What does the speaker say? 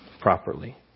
properly